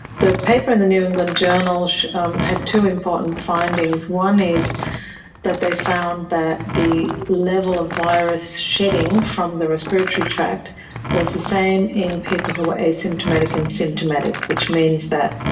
the paper in the new england journal um had two important findings. one is that they found that the level of virus shedding from the respiratory tract was the same in people who were asymptomatic and symptomatic, which means that